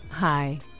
Hi